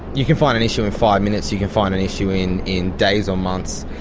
you can find an issue in five minutes, you can find an issue in in days or months.